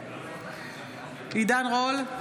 עידן רול,